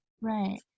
Right